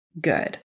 good